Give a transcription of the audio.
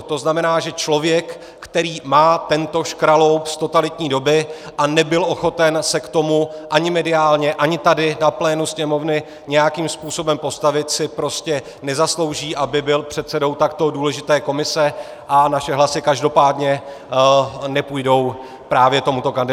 To znamená, že člověk, který má tento škraloup z totalitní doby a nebyl ochoten se k tomu ani mediálně, ani tady na plénu Sněmovny nějakým způsobem postavit, si prostě nezaslouží, aby byl předsedou takto důležité komise, a naše hlasy každopádně nepůjdou právě tomuto kandidátovi.